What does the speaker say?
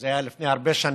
זה היה לפני הרבה שנים,